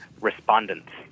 respondents